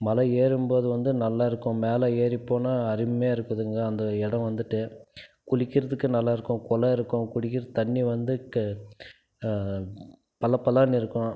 மலை ஏறும் போது வந்து நல்லாயிருக்கும் மேலே ஏறிப்போனால் அருமையாக இருக்குதுங்க அந்த இடம் வந்துட்டு குளிக்கிறதுக்கு நல்லாயிருக்கும் குளம் இருக்கும் குடிக்கிற தண்ணி வந்து க பள பளன்னு இருக்கும்